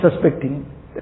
suspecting